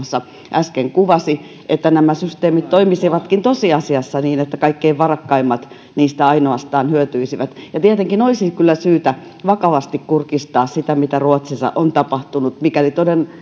äsken kuvasi että nämä systeemit toimisivatkin tosiasiassa niin että ainoastaan kaikkein varakkaimmat niistä hyötyisivät tietenkin olisi kyllä syytä vakavasti kurkistaa sitä mitä ruotsissa on tapahtunut mikäli